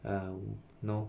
um you know